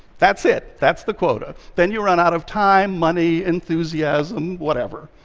that's it. that's the quota. then you run out of time, money, enthusiasm, whatever.